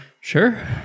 Sure